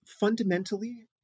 Fundamentally